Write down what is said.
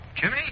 Jimmy